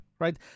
Right